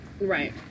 right